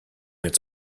its